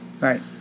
Right